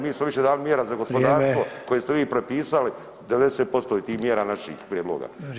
Mi smo više davali mjera za gospodarstvo koje ste vi prepisali, 90% je tih mjera naših prijedloga.